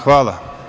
Hvala.